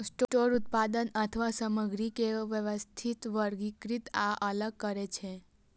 sorter उत्पाद अथवा सामग्री के व्यवस्थित, वर्गीकृत आ अलग करै छै